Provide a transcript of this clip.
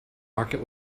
market